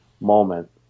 moment